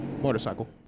Motorcycle